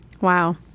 Wow